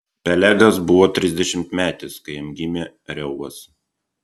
pelegas buvo trisdešimtmetis kai jam gimė reuvas